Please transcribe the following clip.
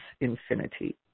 infinity